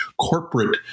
corporate